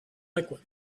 liquid